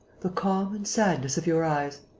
the calm and sadness of your eyes.